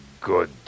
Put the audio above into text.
good